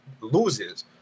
loses